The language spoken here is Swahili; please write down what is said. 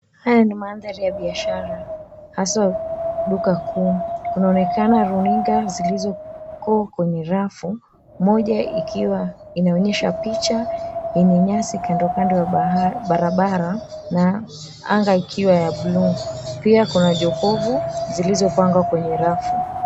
Haya ni mandhari ya biashara, haswa duka kuu. Kunaonekana runinga zilizoko kwenye rafu, moja ikiwa inaonyesha picha yenye nyasi kando kando ya barabara na anga ikiwa ya buluu. Pia kuna jokovu zilizopangwa kwenye rafu.